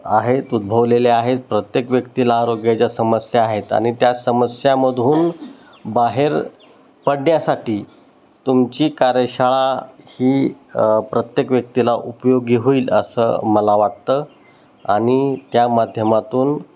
आहेत उदभवलेले आहेत प्रत्येक व्यक्तीला आरोग्याच्या समस्या आहेत आणि त्या समस्यामधून बाहेर पडण्यासाठी तुमची कार्यशाळा ही प्रत्येक व्यक्तीला उपयोगी होईल असं मला वाटतं आणि त्या माध्यमातून